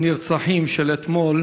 הנרצחים של אתמול